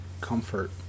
comfort